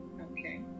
okay